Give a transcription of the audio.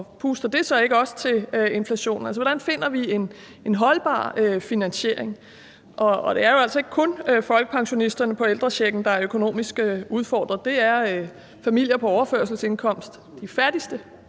og puster det så ikke også til inflationen? Hvordan finder vi en holdbar finansiering? Og det er jo altså ikke kun folkepensionisterne på ældrechecken, der er økonomisk udfordret, men det er familier på overførselsindkomst også. De fattigste